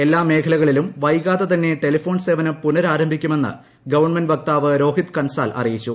എല്ലാ മേഖലകളിലും വൈകാതെ തന്നെ ടെലിഫോൺ സേവനം പുനരാരംഭിക്കുമെന്ന് ഗവൺമെന്റ് വക്താവ് രോഹിത് കൻസാൽ അറിയിച്ചു